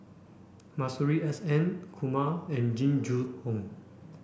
Masuri S N Kumar and Jing Jun Hong